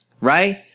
Right